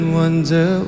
wonder